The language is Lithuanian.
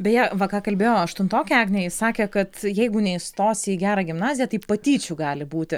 beje va ką kalbėjo aštuntokė agnė ji sakė kad jeigu neįstosi į gerą gimnaziją tai patyčių gali būti